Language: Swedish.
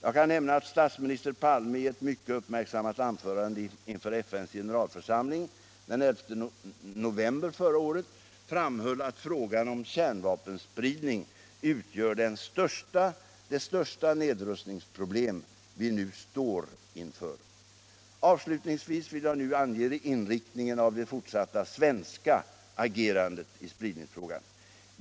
Jag kan nämna att statsminister Palme i ett mycket uppmärksammat anförande inför FN:s generalförsamling den 11 november förra året framhöll att frågan om kärnvapenspridning utgör det största nedrustningsproblem vi nu står inför. Avslutningsvis vill jag nu ange inriktningen av det fortsatta svenska agerandet i spridningsfrågan.